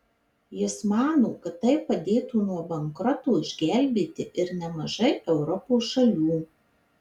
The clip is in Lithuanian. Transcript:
jis mano kad tai padėtų nuo bankroto išgelbėti ir nemažai europos šalių